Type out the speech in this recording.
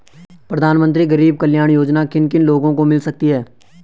प्रधानमंत्री गरीब कल्याण योजना किन किन लोगों को मिल सकती है?